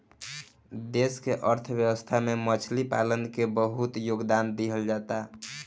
देश के अर्थव्यवस्था में मछली पालन के बहुत योगदान दीहल जाता